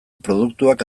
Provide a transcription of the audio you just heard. produktuak